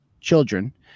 children